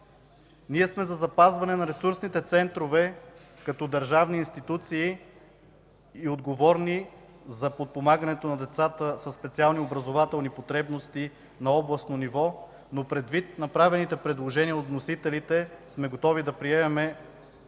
Ние сме за запазване на ресурсните центрове като държавни институции, отговорни за подпомагането на децата със специални образователни потребности на областно ниво, но предвид направените предложения от вносителите сме готови да приемем